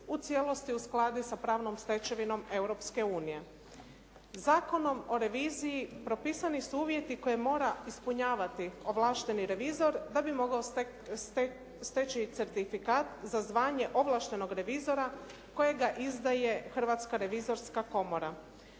u cijelosti uskladi sa pravnom stečevinom Europske unije. Zakonom o reviziji propisani su uvjeti koje mora ispunjavati ovlašteni revizor da bi mogao steći certifikat za zvanje ovlaštenog revizora kojega izdaje Hrvatska revizorska komora.